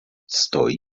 stoi